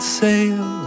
sail